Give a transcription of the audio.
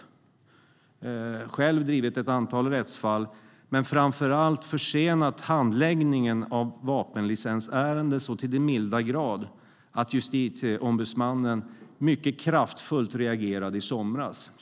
Jag har själv drivit ett antal rättsfall men framför allt sett handläggningen av vapenlicensärenden försenas så till den milda grad att Justitieombudsmannen reagerade mycket kraftfullt i somras.